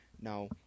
Now